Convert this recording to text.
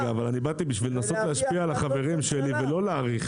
באתי בשביל לנסות להשפיע על החברים שלי ולא להאריך